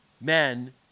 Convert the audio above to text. men